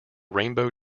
rainbow